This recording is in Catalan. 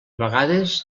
vegades